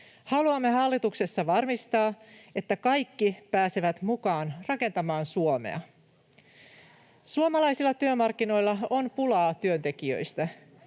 Haluamme hallituksessa varmistaa, että kaikki pääsevät mukaan rakentamaan Suomea. Suomalaisilla työmarkkinoilla on pulaa työntekijöistä.